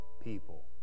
people